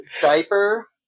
diaper